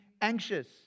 anxious